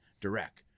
direct